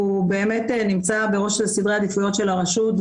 נמצא בראש סדרי העדיפויות של הרשות,